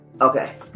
Okay